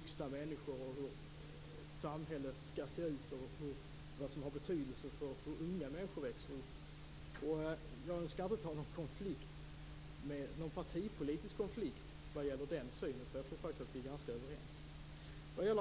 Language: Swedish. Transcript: ett samhälle skall se ut och vad som har betydelse för unga människor när de växer upp. Jag skall inte ta någon partipolitisk konflikt när det gäller den synen, eftersom jag tror att vi är ganska överens.